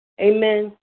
Amen